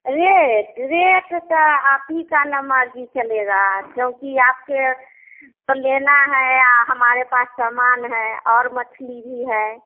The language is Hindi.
रेट रेट तो आप ही का ना मर्ज़ी चलेगी क्योंकि आपके को लेना है या हमारे पास सामान है और मछली भी है